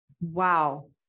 Wow